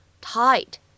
tight